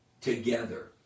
together